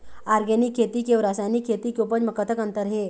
Organic खेती के अउ रासायनिक खेती के उपज म कतक अंतर हे?